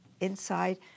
inside